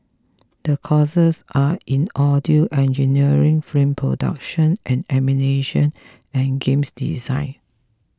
the courses are in audio engineering film production and animation and games design